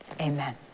Amen